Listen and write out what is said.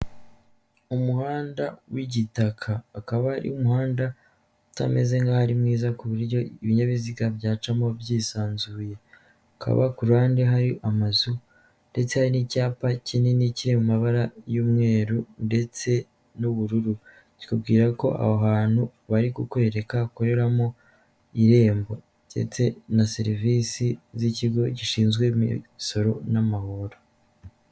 Umuhanda w'igitaka akaba ari umuhanda utameze nkaho ari mwiza ku buryo ibinyabiziga byacamo byisanzuye. Ukaba ku ruhande hari amazu ndetse hari n'icyapa kinini kiri mu mabara y'umweru ndetse n'ubururu kikubwira ko aho hantu bari kukwereka hakoreramo irembo ndetse na serivisi z'ikigo gishinzwe imisoro n'amahoro.